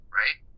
right